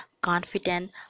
confident